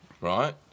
right